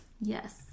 Yes